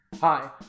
Hi